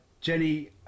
Jenny